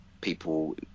people